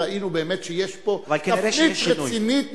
ראינו באמת שיש פה תפנית רצינית,